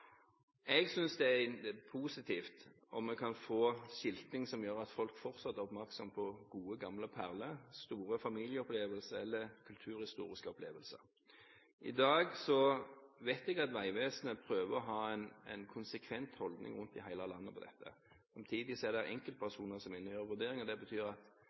det er positivt om vi kan få skilting som gjør at folk fortsatt er oppmerksom på gode, gamle perler, store familieopplevelser eller kulturhistoriske opplevelser. I dag vet jeg at Vegvesenet prøver å ha en konsekvent holdning til dette rundt i hele landet. Samtidig er det enkeltpersoner som er inne og gjør vurderinger, og det betyr at